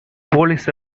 போலீஸ